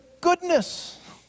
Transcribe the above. goodness